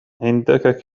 عندك